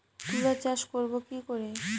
তুলা চাষ করব কি করে?